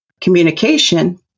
communication